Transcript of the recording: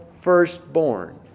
firstborn